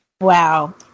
Wow